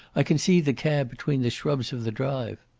i can see the cab between the shrubs of the drive.